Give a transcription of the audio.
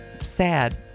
sad